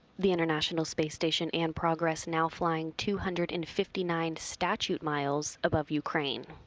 the international space station and progress now flying two hundred and fifty nine statute miles above ukraine.